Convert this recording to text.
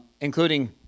including